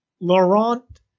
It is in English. Laurent